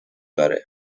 داره